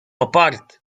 apart